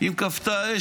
אם כבתה האש,